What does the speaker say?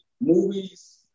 movies